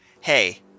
hey